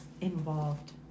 involved